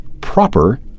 proper